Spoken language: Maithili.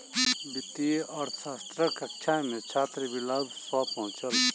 वित्तीय अर्थशास्त्रक कक्षा मे छात्र विलाभ सॅ पहुँचल